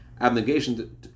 abnegation